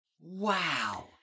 Wow